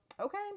okay